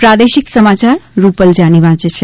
પ્રાદેશિક સમાચાર રૂપલ જાની વાંચે છે